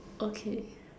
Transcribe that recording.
okay